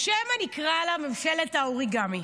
או שמא נקרא לה ממשלת האוריגמי,